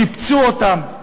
שיפצו אותן,